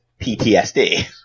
PTSD